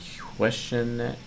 question